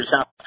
South